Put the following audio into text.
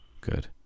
good